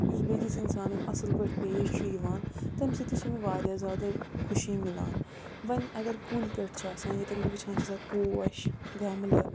یُس بیٚکِس اِنسانَس اَصٕل پٲٹھۍ پیش چھُ یِوان تَمہِ سۭتۍ تہِ چھےٚ مےٚ واریاہ زیادٕ خوشی مِلان وۄنۍ اَگر کُلۍ کٔٹۍ چھِ آسان ییٚتٮ۪ن بہٕ وٕچھان چھےٚ سَکھ پوش گَملہٕ